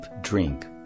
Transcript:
drink